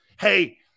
Hey